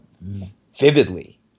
vividly